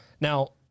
Now